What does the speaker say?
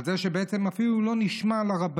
על זה שבעצם הוא אפילו לא נשמע לרבנים